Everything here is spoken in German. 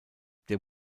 der